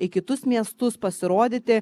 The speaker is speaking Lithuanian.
į kitus miestus pasirodyti